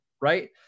right